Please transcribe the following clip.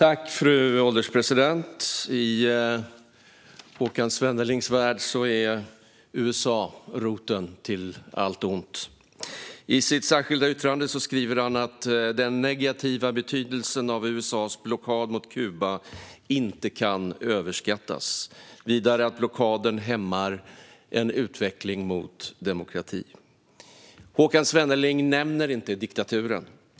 Fru ålderspresident! I Håkan Svennelings värld är USA roten till allt ont. I sitt särskilda yttrande skriver han att den negativa betydelsen av USA:s blockad mot Kuba inte kan överskattas. Vidare skriver han att blockaden hämmar en utveckling mot demokrati. Håkan Svenneling nämner inte diktaturen.